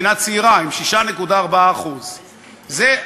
מדינה צעירה עם 6.4%. זה,